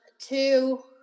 two